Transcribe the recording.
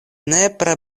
nepra